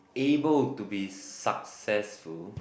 able to be successful